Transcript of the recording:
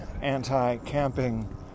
anti-camping